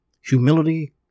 humility